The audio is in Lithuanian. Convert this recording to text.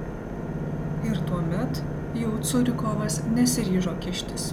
ir tuomet jau curikovas nesiryžo kištis